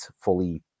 fully